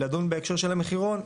לדון בהקשר של המחירון,